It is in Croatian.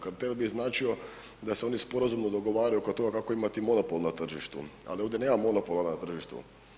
Kartel bi značio da se oni sporazumno dogovaraju oko toga kako imati monopol na tržištu, ali ovdje monopola na tržištu.